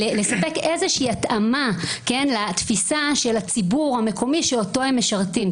לספק איזו התאמה לתפיסה של הציבור המקומי שאותו הם משרתים.